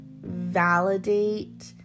validate